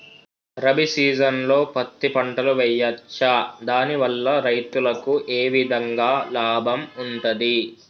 రబీ సీజన్లో పత్తి పంటలు వేయచ్చా దాని వల్ల రైతులకు ఏ విధంగా లాభం ఉంటది?